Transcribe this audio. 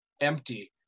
empty